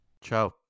ciao